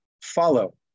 follow